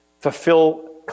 fulfill